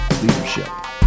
Leadership